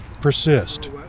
persist